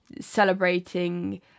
celebrating